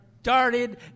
Started